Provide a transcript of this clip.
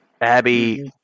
abby